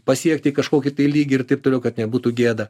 pasiekti kažkokį tai lyg ir taip toliau kad nebūtų gėda